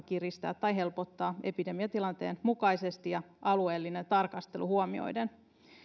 kiristää tai helpottaa epidemiatilanteen mukaisesti ja alueellinen tarkastelu huomioiden